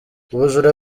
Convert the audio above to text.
ubujura